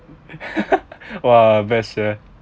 !wah! best sia